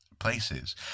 places